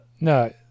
No